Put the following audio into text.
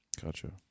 Gotcha